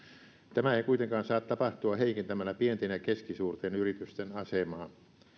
tämä ei kuitenkaan saa tapahtua heikentämällä pienten ja keskisuurten yritysten asemaa